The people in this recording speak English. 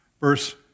verse